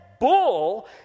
bull